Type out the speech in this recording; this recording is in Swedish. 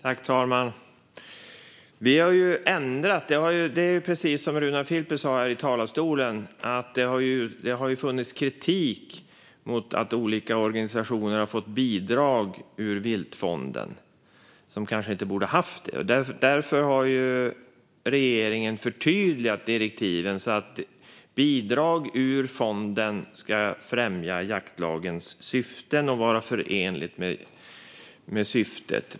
Fru talman! Vi har ju ändrat detta. Precis som Runar Filper sa i talarstolen har det funnits kritik mot att olika organisationer har fått bidrag ur Viltvårdsfonden som kanske inte borde ha fått det. Därför har regeringen förtydligat direktiven så att bidrag ur fonden ska främja jaktlagens syften och vara förenliga med dessa.